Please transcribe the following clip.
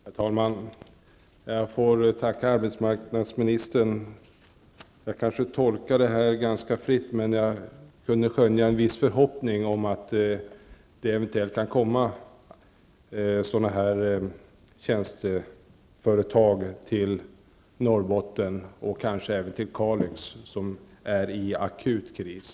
Herr talman! Jag får tacka arbetsmarknadsministern. Jag kanske tolkar hans besked ganska fritt, men jag kunde skönja en viss förhoppning om att det eventuellt kan komma tjänsteföretag till Norrbotten och kanske även till Kalix, som är i akut kris.